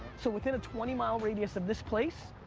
so within a twenty mile radius of this place.